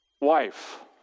wife